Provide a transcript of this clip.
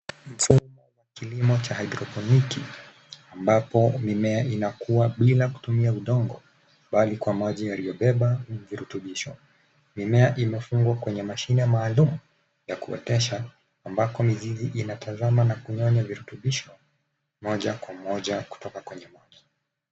Mfumo wa kilimo cha haidroponiki ambapo mimea inakua bila kutumia udongo bali kwa maji yaliyobeba virutubisho. Mimea imefungwa kwenye madhine maalum yakuotesha ambako mizizi inatazama na kunyonya virutubisho moja kwa moja kutoka kwenye maji.